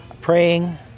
praying